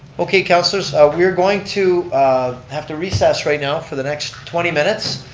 okay councilors, we are going to have to recess right now for the next twenty minutes.